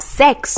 sex